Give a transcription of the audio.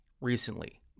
recently